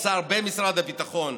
או השר במשרד הביטחון,